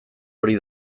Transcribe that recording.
hori